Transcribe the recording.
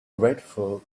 grateful